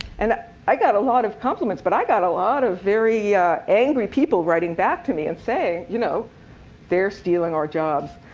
and i got a lot of compliments, but i got a lot of very angry people writing back to me and saying, you know they're stealing our jobs.